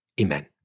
Amen